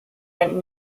went